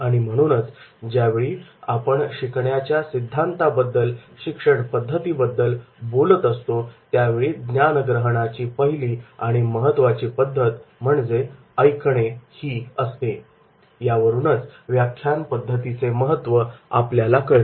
आणि म्हणूनच ज्या वेळी आपण शिकण्याच्या सिद्धांताबद्दल शिक्षणपद्धती बद्दल बोलत असतो त्यावेळी ज्ञान ग्रहणाची पहिली आणि महत्त्वाची पद्धत ती म्हणजे 'ऐकणे' ही असते यावरूनच व्याख्यान पद्धतीचे महत्त्व आपल्याला कळते